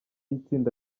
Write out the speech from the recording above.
itsinda